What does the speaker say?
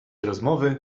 rozmowy